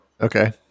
Okay